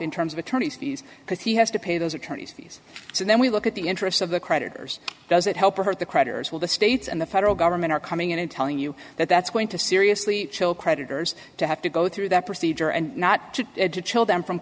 in terms of attorney's fees because he has to pay those attorneys fees and then we look at the interests of the creditors does it help or hurt the creditors will the states and the federal government are coming in and telling you that that's going to seriously chill creditors to have to go through that procedure and not to chill them from